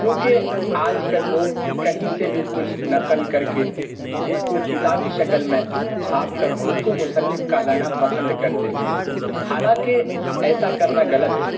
کیونکہ آج کل لوگ کہیں سے بھی کچھ نقل کر کے اس کو کتابی شکل میں چھاپ کر خود کو مصنف کہلانا پسند کرتے ہیں حالانکہ ایسا کرنا غلط ہے